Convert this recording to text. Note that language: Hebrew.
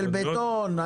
של בטון,